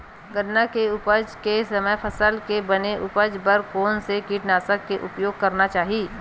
गन्ना के उपज के समय फसल के बने उपज बर कोन से कीटनाशक के उपयोग करना चाहि?